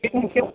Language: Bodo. बेग मोनसेयाव